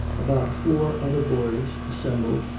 about four other boys assembled,